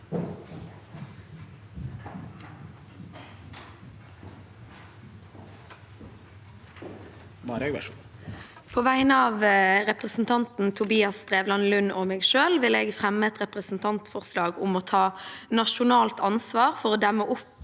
På vegne av represen- tanten Tobias Drevland Lund og meg selv vil jeg fremme et representantforslag om å ta nasjonalt ansvar for å demme opp